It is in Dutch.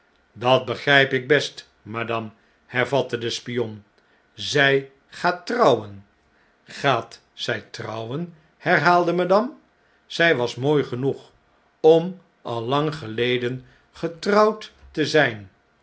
dat begrijp ik best madame hervatte de spion zjj gaat trouwen gaat zn trouwen herhaalde madame zii was mooi genoeg om al lang geleden getrouwd te zijn